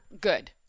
good